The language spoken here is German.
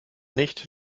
nicht